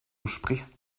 sprichst